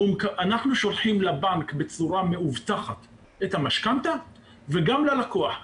אנחנו שולחים לבנק בצורה מאובטחת את המשכנתא וגם ללקוח.